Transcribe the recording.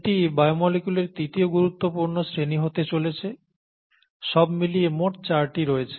এটি বায়োমলিকুলের তৃতীয় গুরুত্বপূর্ণ শ্রেণী হতে চলেছে সব মিলিয়ে মোট চারটি রয়েছে